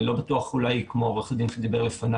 אני אולי לא בטוח כמו עורך הדין שדיבר לפני